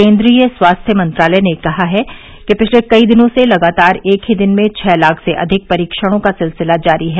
केंद्रीय स्वास्थ्य मंत्रालय ने कहा है कि पिछले कई दिनों से लगातार एक ही दिन में छह लाख से अधिक परीक्षणों का सिलसिला जारी है